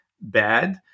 bad